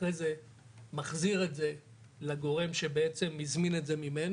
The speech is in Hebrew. ואחר כך מחזיר את זה לגורם בעצם הזמין את זה ממנו.